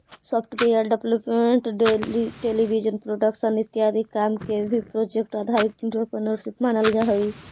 software development television production इत्यादि काम के भी प्रोजेक्ट आधारित एंटरप्रेन्योरशिप मानल जा हई